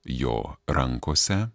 jo rankose